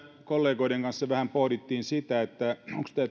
kollegoiden kanssa vähän pohdittiin sitä onko tämä